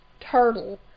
turtle